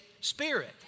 spirit